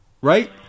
right